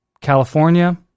California